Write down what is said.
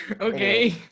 Okay